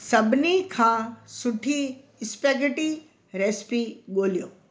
सभिनी खां सुठी स्पघेटी रेसिपी ॻोल्हियो